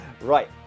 Right